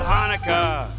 Hanukkah